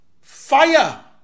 Fire